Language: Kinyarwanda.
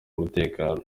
umutekano